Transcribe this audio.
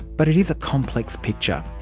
but it is a complex picture.